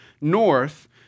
north